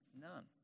None